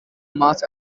mass